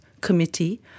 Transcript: committee